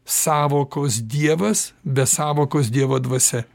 sąvokos dievas be sąvokos dievo dvasia